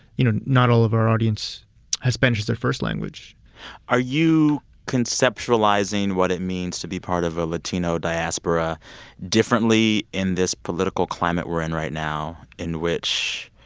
you know, not all of our audience has spanish as their first language are you conceptualizing what it means to be part of a latino diaspora differently in this political climate we're in right now in which,